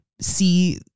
see